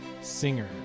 singer